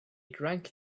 drank